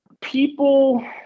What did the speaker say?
people –